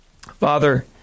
Father